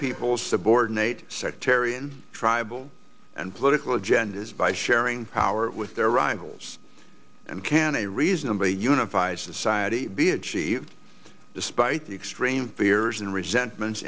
people subordinate sectarian tribal and political agendas by sharing power with their rivals and can a read nobody unified society be achieved despite the extreme fears and resentments